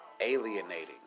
Alienating